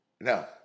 No